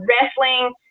wrestling